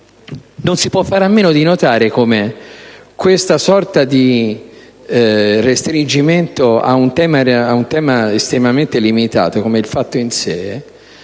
non si può fare a meno di notare come questa sorta di restringimento ad un tema estremamente limitato come il fatto in sé